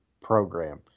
program